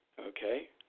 Okay